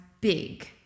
big